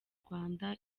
rwanda